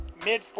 Mid